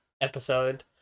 episode